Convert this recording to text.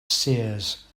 seers